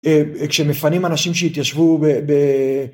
כשמפנים אנשים שהתיישבו ב..